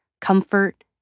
comfort